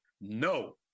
no